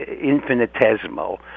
infinitesimal